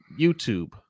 YouTube